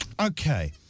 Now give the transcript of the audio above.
Okay